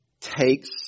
takes